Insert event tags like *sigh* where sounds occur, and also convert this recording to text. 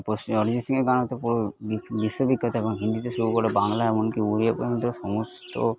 *unintelligible* অরিজিৎ সিংয়ের গান *unintelligible* বিশ্ববিখ্যাত এখন হিন্দিতে শুরু করে বাংলা এমন কি উড়িয়া পর্যন্ত সমস্ত